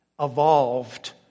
evolved